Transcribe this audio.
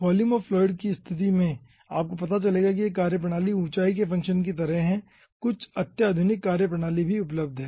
volume of fluid कि स्तिथि में आपको पता चलेगा कि एक कार्यप्रणाली ऊंचाई के फंक्शन की तरह है और कुछ अत्याधुनिक कार्यप्रणाली भी उपलब्ध हैं